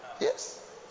Yes